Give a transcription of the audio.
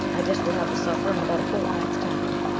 i guess we'll have the supper in about a fortnight's time.